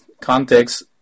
context